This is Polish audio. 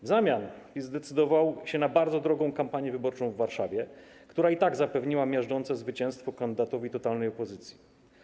W zamian PiS zdecydował się na bardzo drogą kampanię wyborczą w Warszawie, która i tak zapewniła miażdżące zwycięstwo kandydatowi totalnej opozycji.